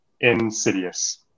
Insidious